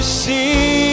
see